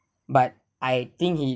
but I think he